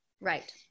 Right